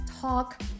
talk